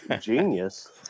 Genius